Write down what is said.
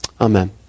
Amen